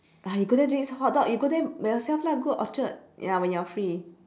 ah you go there to eat hotdog you go there by yourself lah go orchard ya when you are free